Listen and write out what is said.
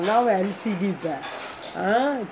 now I_C_D there ah